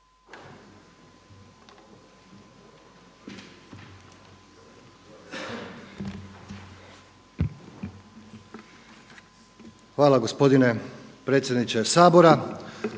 Hvala uvaženi potpredsjedniče Sabora.